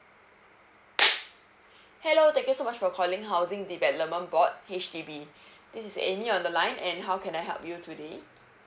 hello thank you so much for calling housing development board H_D_B this is A M Y on the line and how can I help you today